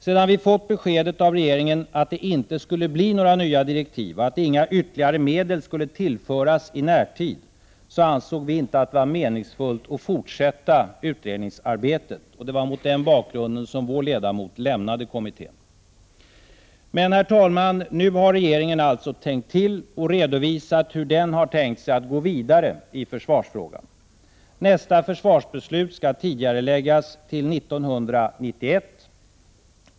Sedan vi fått beskedet av regeringen att det inte skulle bli några nya direktiv och att inga ytterligare medel skulle tillföras i närtid ansåg vi det inte meningsfullt att fortsätta utredningsarbetet. Det var mot den bakgrunden vår ledamot lämnade kommittén. Nu har regeringen alltså tänkt till och redovisat hur den tänkt sig att gå vidare i försvarsfrågan. Nästa försvarsbeslut skall tidigareläggas till 1991.